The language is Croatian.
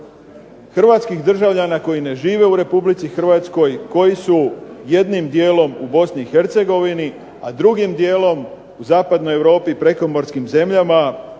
hrvatskih državljana koji ne žive u Republici Hrvatskoj koji su jednim dijelom u Bosni i Hercegovini, a drugim dijelom u zapadnoj Europi i prekomorskim zemljama